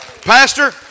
Pastor